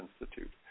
Institute